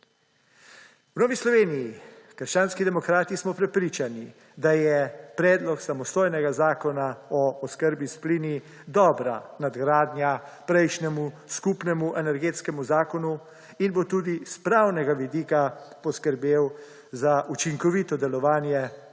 V Novi Sloveniji – krščanskih demokratih smo prepričani, da je predlog samostojnega zakona o oskrbi s plinom dobra nadgradnja prejšnjega skupnega Energetskega zakona in bo tudi s pravnega vidika poskrbel za učinkovito delovanje trga